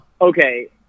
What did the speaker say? okay